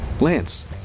Lance